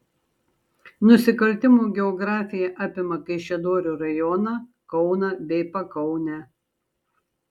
nusikaltimų geografija apima kaišiadorių rajoną kauną bei pakaunę